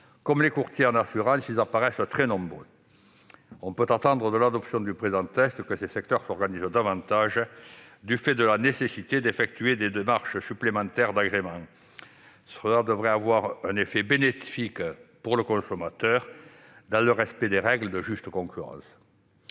Comme les courtiers en assurances, ils apparaissent très nombreux ... On peut attendre de l'adoption du présent texte que ces secteurs s'organisent davantage, du fait de la nécessité d'effectuer des démarches supplémentaires d'agrément. Cela devrait avoir un effet bénéfique pour le consommateur, dans le respect des règles de juste concurrence.